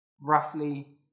roughly